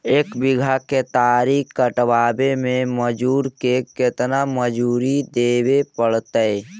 एक बिघा केतारी कटबाबे में मजुर के केतना मजुरि देबे पड़तै?